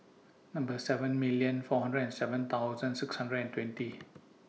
Number seven million four hundred and seven thousand six hundred and twenty